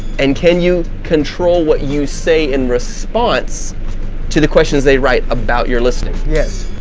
and can you control what you say in response to the questions they write about your listing? yes.